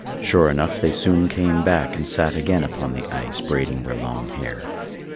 sure enough they soon came back and sat again upon the ice braiding their long hair.